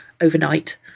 overnight